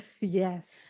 yes